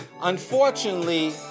Unfortunately